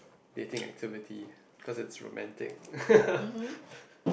dating activity cause it's romantic